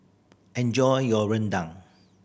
enjoy your rendang